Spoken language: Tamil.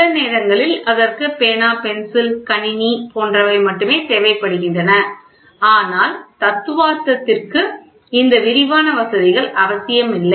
சில நேரங்களில் அதற்கு பேனா பென்சில் கணினி போன்றவை மட்டுமே தேவைப்படுகின்றன ஆனால் தத்துவார்த்தத்திற்கு இந்த விரிவான வசதிகள் அவசியமில்லை